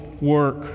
work